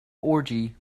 orgy